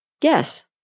yes